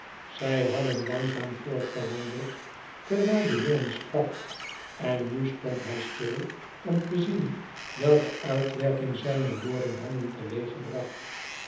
zij hadden langzaam voortgewandeld terwijl de jongen sprak en nu stond hij stil om te zien welke uitwerking zijne woorden hadden teweeggebracht